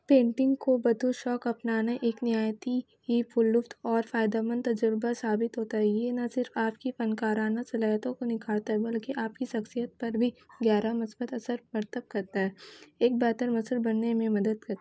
painting کو بطور شوق اپنانا ایک نہایتی ہی پر لطف اور فائدہ مند تجربہ ثابت ہوتا ہے یہ نہ صرف آپ کی فنکارانہ صلاحیتوں کو نکھارتا ہے بلکہ آپ کی شخصیت پر بھی گیارہ مثبت اثر مرتب کرتا ہے ایک بہتر مصور بننے میں مدد کرتا ہے